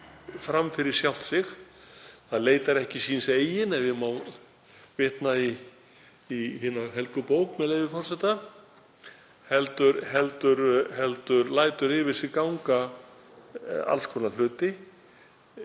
fram fyrir sjálft sig, það leitar ekki síns eigin ef ég má vitna í hina helgu bók, heldur lætur yfir sig ganga alls konar hluti